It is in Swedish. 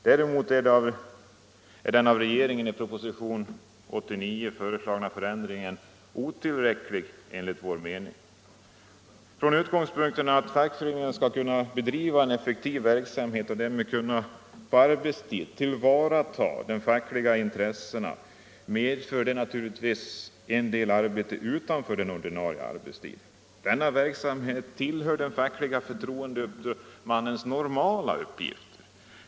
Däremot är den av regeringen i propositionen 89 föreslagna förändringen otillräcklig enligt vår mening. Från utgångspunkten att fackföreningen skall kunna bedriva en effektiv verksamhet och därmed kunna på arbetstid tillvarata de fackliga intressena, blir det naturligtvis en hel del arbete utanför ordinarie arbetstid. Denna verksamhet tillhör den facklige förtroendemannens normala uppgifter.